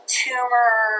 tumor